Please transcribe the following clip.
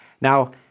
Now